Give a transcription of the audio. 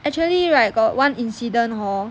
actually right got one incident hor